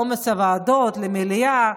לעומס הוועדות ולמליאה.